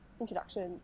Introduction